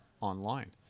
online